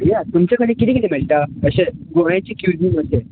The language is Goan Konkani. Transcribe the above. हे या तुमचे कडेन किते किते मेळटा अशे गोव्याचे क्यूसीन